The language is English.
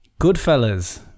Goodfellas